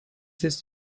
his